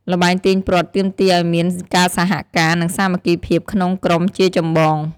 ល្បែងទាញព្រ័ត្រទាមទារឱ្យមានការសហការ និងសាមគ្គីភាពក្នុងក្រុមជាចម្បង។